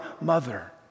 mother